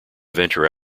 venture